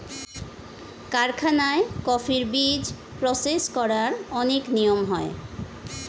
কারখানায় কফির বীজ প্রসেস করার অনেক নিয়ম হয়